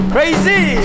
Crazy